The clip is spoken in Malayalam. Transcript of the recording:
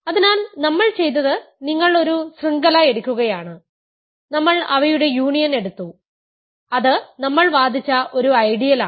അതിനാൽ നമ്മൾ ചെയ്തത് നിങ്ങൾ ഒരു ശൃംഖല എടുക്കുകയാണ് നമ്മൾ അവയുടെ യൂണിയൻ എടുത്തു അത് നമ്മൾ വാദിച്ച ഒരു ഐഡിയലാണ്